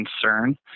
concern